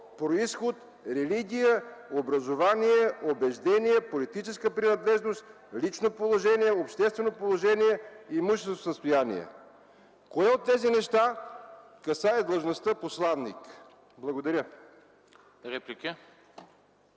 произход, религия, образование, убеждения, политическа принадлежност, лично положение, обществено положение, имуществено състояние”. Кое от тези неща касае длъжността „посланик”? Благодаря.